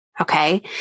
Okay